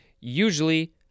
usually